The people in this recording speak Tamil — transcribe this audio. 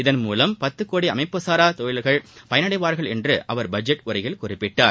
இதன் மூலம் பத்து கோடி அமைப்புசாரா தொழிலாளா்கள் பயனடைவாா்கள் என்று அவர் பட்ஜெட் உரையில் குறிப்பிட்டார்